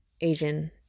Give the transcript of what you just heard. Asian